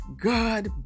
God